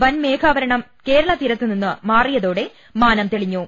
വൻമേഘാവരണം കേര ളതീരത്തു നിന്നും മാറിയതോടെ മാനം തെളിഞ്ഞു